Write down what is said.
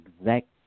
exact